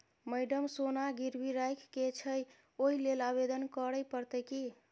Madam सोना गिरबी राखि केँ छैय ओई लेल आवेदन करै परतै की?